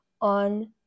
on